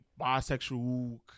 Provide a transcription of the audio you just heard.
bisexual